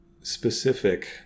specific